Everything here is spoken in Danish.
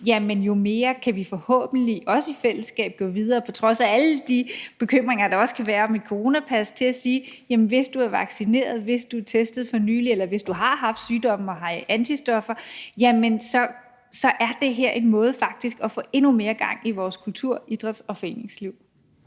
virus, jo mere kan vi forhåbentlig også i fællesskab gå videre på trods af alle de bekymringer, der også kan være i forhold til et coronapas. Altså, så kan vi sige, at hvis du er vaccineret, hvis du er testet for nylig, eller hvis du har haft sygdommen og har antistoffer, jamen så er det her en måde, hvorpå vi faktisk kan få endnu mere gang i vores kultur–, idræts- og foreningsliv.